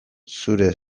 zure